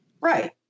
Right